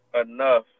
enough